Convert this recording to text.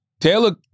Taylor